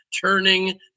turning